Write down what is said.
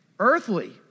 Earthly